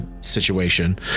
situation